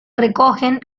recogen